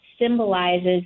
symbolizes